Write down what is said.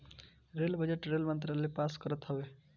rail budget rail मंत्रालय पास करत हवे